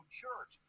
church